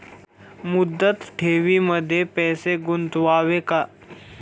मुदत ठेवींमध्ये पैसे गुंतवावे का?